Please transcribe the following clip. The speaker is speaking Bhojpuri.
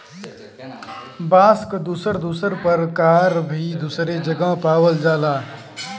बांस क दुसर दुसर परकार भी दुसरे जगह पावल जाला